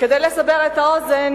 וכדי לסבר את האוזן,